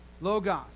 Logos